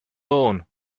lawn